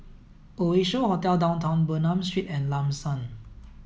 Oasia Hotel Downtown Bernam Street and Lam San